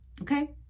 okay